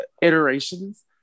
iterations